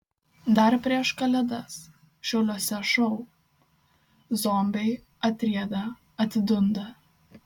dar prieš kalėdas šiauliuose šou zombiai atrieda atidunda